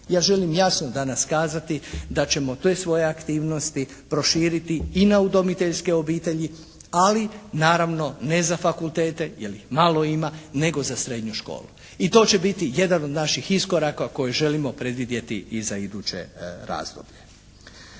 ja želim jasno danas kazati da ćemo te svoje aktivnosti proširiti i na udomiteljske obitelji, ali naravno ne za fakultete jer ih malo ima, nego za srednju školu. I to će biti jedan od naših iskoraka koji želimo predvidjeti i za iduće razdoblje.